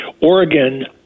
Oregon